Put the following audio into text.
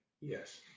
Yes